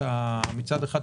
מצד אחד,